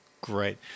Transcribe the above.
great